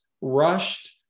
rushed